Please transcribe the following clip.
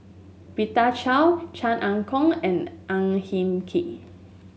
Rita Chao Chan Ah Kow and Ang Hin Kee